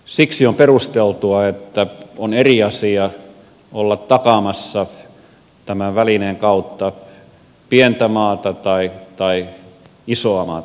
siksi on perusteltua että on eri asia olla takaamassa tämän välineen kautta pientä maata kuin isoa maata